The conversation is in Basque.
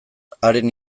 haren